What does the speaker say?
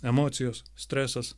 emocijos stresas